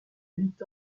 huit